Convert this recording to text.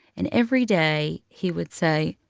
and every day he would say,